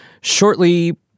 shortly